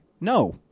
No